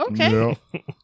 okay